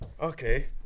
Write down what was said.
Okay